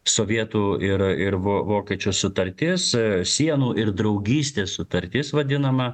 sovietų ir ir vo vokiečių sutartis sienų ir draugystės sutartis vadinama